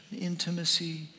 intimacy